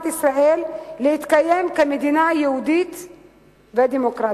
ישראל להתקיים כמדינה יהודית ודמוקרטית.